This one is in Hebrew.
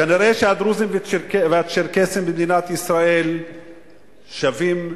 כנראה הדרוזים והצ'רקסים במדינת ישראל שווים,